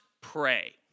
pray